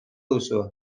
duzue